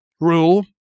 rule